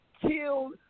killed